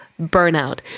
burnout